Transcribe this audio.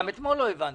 גם אתמול לא הבנתי.